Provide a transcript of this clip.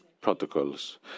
protocols